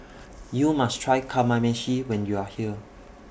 YOU must Try Kamameshi when YOU Are here